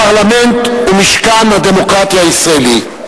הפרלמנט ומשכן הדמוקרטיה הישראלי.